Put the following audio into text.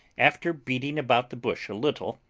after beating about the bush a little,